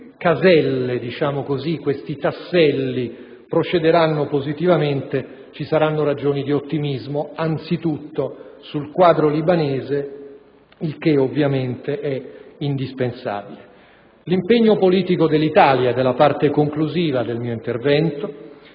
caselle, questi tasselli, procederanno positivamente vi saranno ragioni di ottimismo, anzitutto sul quadro libanese, il che ovviamente è indispensabile. Per quanto riguarda l'impegno politico dell'Italia - ed è la parte conclusiva del mio intervento